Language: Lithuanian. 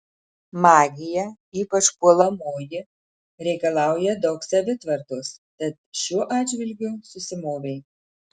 magija ypač puolamoji reikalauja daug savitvardos tad šiuo atžvilgiu susimovei